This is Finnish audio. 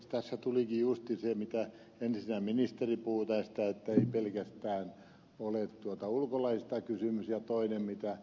tässä tulikin justiinsa se mistä ensin ministeri puhui ettei pelkästään ole ulkomaalaisista kysymys ja toisena se mitä ed